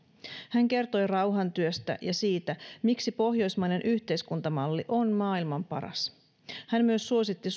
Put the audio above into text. hän kertoi rauhantyöstä ja siitä miksi pohjoismainen yhteiskuntamalli on maailman paras hän myös suositti